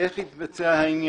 איך יתבצע העניין.